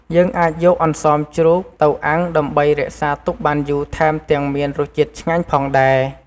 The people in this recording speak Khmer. យើងអាចយកអន្សមជ្រូកទៅអាំងដើម្បីរក្សាទុកបានយូថែមទាំងមានរសជាតិឆ្ងាញ់ផងដែរ។